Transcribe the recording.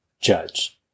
judge